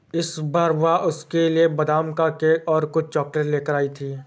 इस बार वह उसके लिए बादाम का केक और कुछ चॉकलेट लेकर आई थी